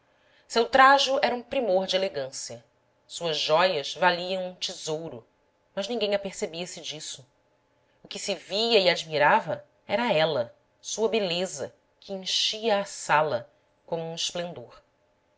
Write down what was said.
seu trajo era um primor de elegância suas jóias valiam um tesouro mas ninguém apercebia se disso o que se via e admirava era ela sua beleza que enchia a sala como um esplendor